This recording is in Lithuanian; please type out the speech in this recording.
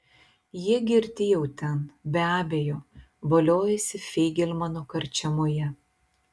jie girti jau ten be abejo voliojasi feigelmano karčiamoje